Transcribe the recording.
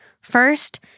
First